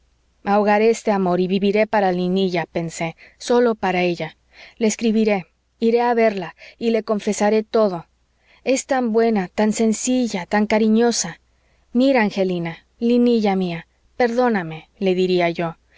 ahogaré este amor y viviré para linilla pensé sólo para ella le escribiré iré a verla y le confesaré todo es tan buena tan sencilla tan cariñosa mira angelina linilla mía perdóname le diría yo